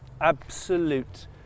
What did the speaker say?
absolute